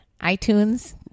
iTunes